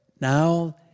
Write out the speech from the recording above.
now